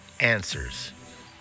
answers